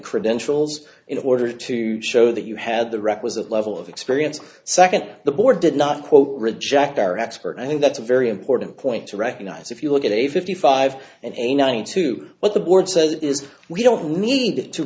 credentials in order to show that you had the requisite level of experience second the board did not quote reject their expert i think that's a very important point to recognize if you look at a fifty five and a nine to what the board says is we don't need to